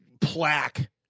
plaque